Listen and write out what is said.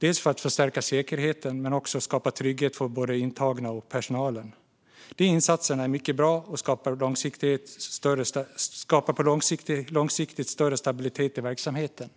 för att förstärka säkerheten men också skapa trygghet för både de intagna och personalen. Dessa insatser är mycket bra och skapar på lång sikt större stabilitet i verksamheten.